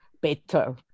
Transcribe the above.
better